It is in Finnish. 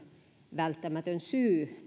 välttämätön syy